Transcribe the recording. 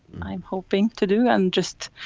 i'm hoping to do and just